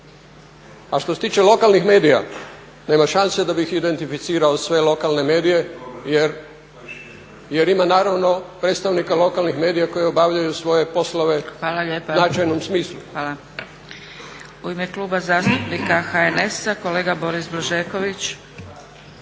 A što se tiče lokalnih medija nema šanse da bih identificirao sve lokalne medije jer ima naravno predstavnika lokalnih medija koji obavljaju svoje poslove u značajnom smislu.